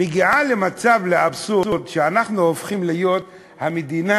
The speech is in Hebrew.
מגיעה לאבסורד שאנחנו הופכים להיות המדינה